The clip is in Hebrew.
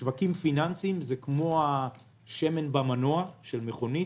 שווקים פיננסיים זה כמו השמן במנוע של מכונית,